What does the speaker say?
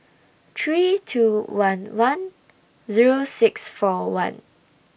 three two one one Zero six four one